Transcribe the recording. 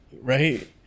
right